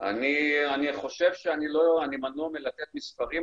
אני מנוע מלתת מספרים,